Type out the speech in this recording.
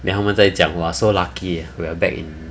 then 他们在讲 !wah! so lucky we are back in